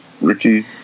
Ricky